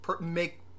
make